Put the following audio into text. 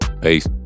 Peace